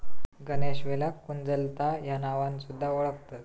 गणेशवेलाक कुंजलता ह्या नावान सुध्दा वोळखतत